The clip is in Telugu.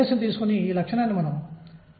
నేను దీనిని p22m12m2x2గా వ్రాయగలను